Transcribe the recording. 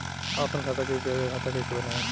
आपन खाता के यू.पी.आई खाता कईसे बनाएम?